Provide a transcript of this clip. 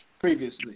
previously